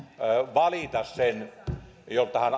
valita sen jolta hän